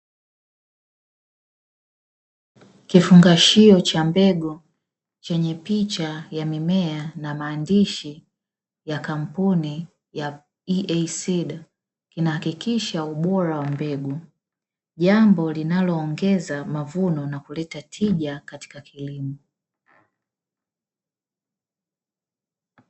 Kifungashio cha mbegu chenye picha ya mimea na maandishi ya kampuni EA SEED, inahakikisha ubora wa mbegu, jambo linaloongeza mavuno na kuleta tija katika kilimo.